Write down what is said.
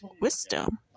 wisdom